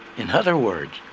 in other words,